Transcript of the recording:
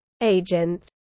agent